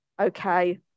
okay